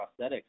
prosthetics